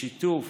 בשיתוף